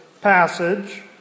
passage